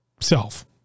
self